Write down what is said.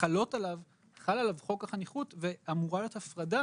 חל עליו חוק החניכות ואמורה להיות הפרדה